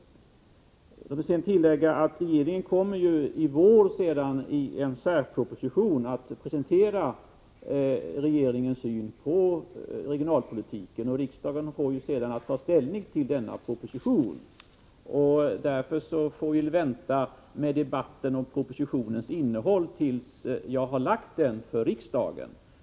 Jag vill sedan tillägga att regeringen i vår i en särproposition kommer att presentera regeringens syn på regionalpolitiken, och riksdagen får sedan ta ställning till den propositionen. Vi får väl vänta med debatten om propositionens innehåll tills jag lagt fram den för riksdagen.